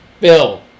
Bill